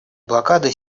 блокады